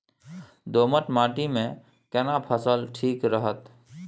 दोमट माटी मे केना फसल ठीक रहत?